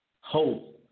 hope